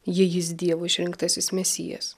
ji jis dievo išrinktasis mesijas